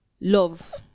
love